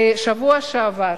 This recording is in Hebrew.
בשבוע שעבר,